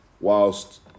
whilst